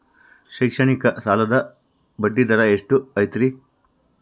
ಶೈಕ್ಷಣಿಕ ಸಾಲದ ಬಡ್ಡಿ ದರ ಎಷ್ಟು ಐತ್ರಿ?